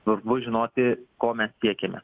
svarbu žinoti ko mes siekiame